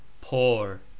poor